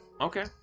okay